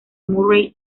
murray